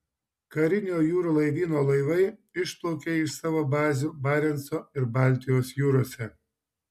karinio jūrų laivyno laivai išplaukė iš savo bazių barenco ir baltijos jūrose